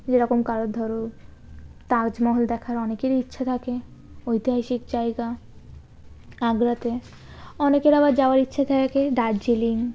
যেরকম কারোর ধরো তাজমহল দেখার অনেকেরই ইচ্ছা থাকে ঐতিহাসিক জায়গা আগ্রাতে অনেকের আবার যাওয়ার ইচ্ছা থাকে দার্জিলিং